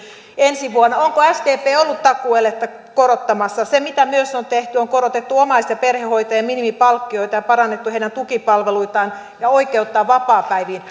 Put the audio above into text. ensi vuonna onko sdp ollut takuueläkettä korottamassa se mitä myös on tehty on korotettu omais ja perhehoitajien minimipalkkioita ja parannettu heidän tukipalveluitaan ja oikeuttaan vapaapäiviin